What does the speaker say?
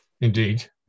Indeed